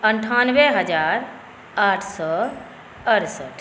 अन्ठानबे हजार आठ सए अड़सठ